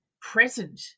present